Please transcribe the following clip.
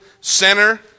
center